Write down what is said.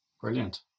brilliant